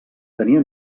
tenia